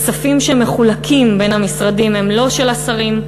הכספים שמחולקים בין המשרדים הם לא של השרים,